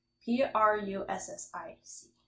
p-r-u-s-s-i-c